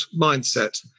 mindset